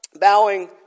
bowing